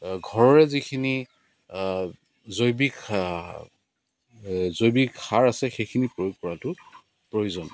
ঘৰৰে যিখিনি জৈৱিক সা জৈৱিক সাৰ আছে সেইখিনি প্ৰয়োগ কৰাটো প্ৰয়োজন